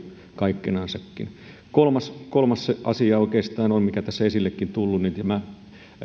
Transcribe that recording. kaikkinensakin kolmas kolmas asia oikeastaan on mikä tässä on esillekin tullut